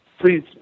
please